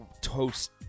toast